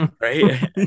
right